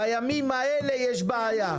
בימים האלה יש בעיה.